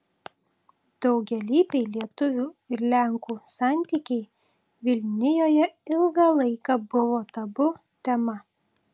daugialypiai lietuvių ir lenkų santykiai vilnijoje ilgą laiką buvo tabu tema